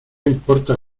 importa